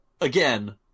again